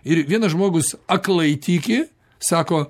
ir vienas žmogus aklai tiki sako